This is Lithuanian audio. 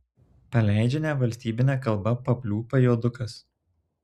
paleidžia nevalstybine kalba papliūpą juodukas